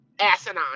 asinine